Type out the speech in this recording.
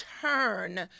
turn